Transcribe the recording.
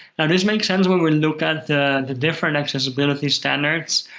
now this makes sense when we look at the the different accessibility standards